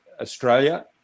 australia